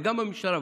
וגם הממשלה,